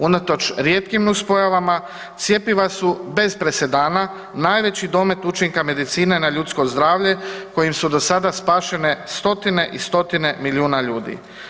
Unatoč rijetkim nuspojavama, cjepiva su bez presedana najveći domet učinka medicine na ljudsko zdravlje kojim su do sada spašene stotine i stotine milijuna ljudi.